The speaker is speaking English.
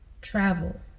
Travel